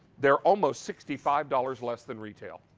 they are almost sixty five dollars less than retail.